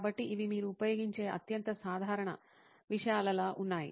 కాబట్టి ఇవి మీరు ఉపయోగించే అత్యంత సాధారణ విషయాలలా ఉన్నాయ